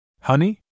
Honey